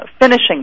finishing